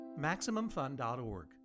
MaximumFun.org